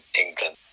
England